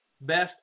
best